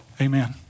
Amen